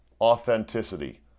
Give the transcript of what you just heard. authenticity